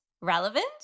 relevant